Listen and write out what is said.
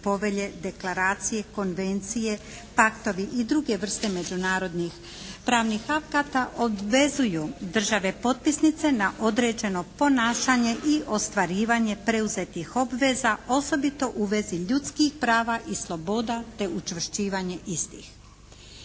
povelje, deklaracije, konvencije, paktovi i druge vrste međunarodnih pravnih akata obvezuju države potpisnice na određeno ponašanje i ostvarivanje preuzetih obveza, osobito u vezi ljudskih prava i sloboda te učvršćivanje istih.